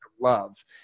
love